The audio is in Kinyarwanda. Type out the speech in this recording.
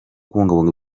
kubungabunga